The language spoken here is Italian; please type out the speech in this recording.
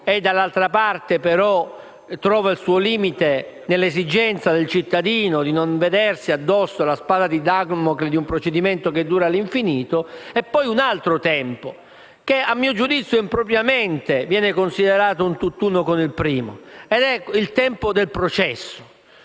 dall'altra parte, trova però un suo limite nell'esigenza del cittadino di non vedersi addosso la spada di Damocle di un procedimento che dura all'infinito; vi è poi un altro tempo che a mio avviso viene impropriamente considerato un tutt'uno con il primo ed è quello del processo.